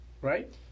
Right